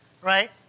right